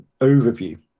overview